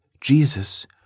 Jesus